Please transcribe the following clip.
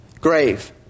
grave